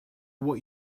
what